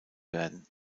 werden